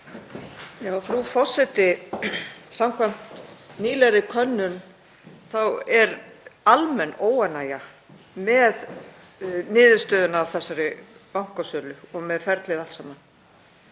Frú forseti. Samkvæmt nýlegri könnun er almenn óánægja með niðurstöðuna af þessari bankasölu og með ferlið allt saman.